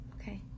okay